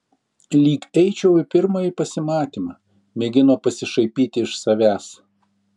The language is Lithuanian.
lyg eičiau į pirmąjį pasimatymą mėgino pasišaipyti iš savęs